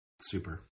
Super